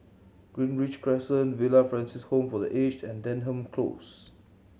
Greenridge Crescent Villa Francis Home for The Aged and Denham Close